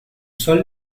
sol